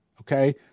okay